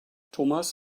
thomas